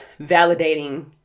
validating